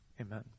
Amen